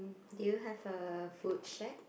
do you have a food shack